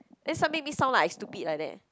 then some make me sound like I stupid like that